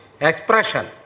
expression